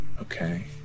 Okay